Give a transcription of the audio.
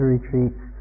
retreats